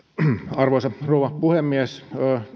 arvoisa rouva puhemies